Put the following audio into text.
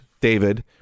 david